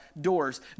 doors